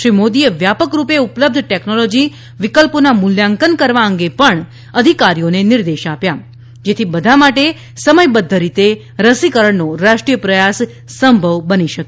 શ્રી મોદીએ વ્યાપક રૂપે ઉપલબ્ધ ટેકનોલોજી વિકલ્પોના મુલ્યાંકન કરવા અંગે પણ અધિકારીઓને નિર્દેશ આપ્યા જેથી બધા માટે સમયબધ્ધ રીતે રસીકરણનો રાષ્ટ્રીય પ્રયાસ સંભવ બની શકે